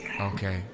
Okay